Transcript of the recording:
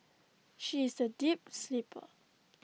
she is A deep sleeper